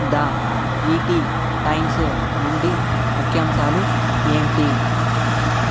the ET Times నుండి ముఖ్యాంశాలు ఏంటి